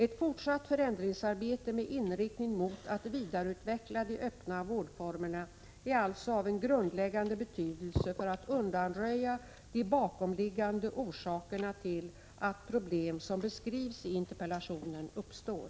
Ett fortsatt förändringsarbete med inriktning mot att vidareutveckla de öppna vårdformerna är alltså av en grundläggande betydelse för att undanröja de bakomliggande orsakerna till att de problem som beskrivs i interpellationen uppstår.